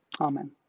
Amen